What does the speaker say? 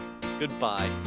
Goodbye